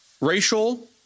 racial